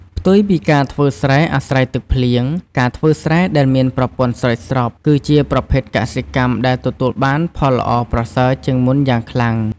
ផ្ទុយពីការធ្វើស្រែអាស្រ័យទឹកភ្លៀង ការធ្វើស្រែដែលមានប្រព័ន្ធស្រោចស្រព គឺជាប្រភេទកសិកម្មដែលទទួលបានផលល្អប្រសើរជាងមុនយ៉ាងខ្លាំង។